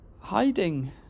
Hiding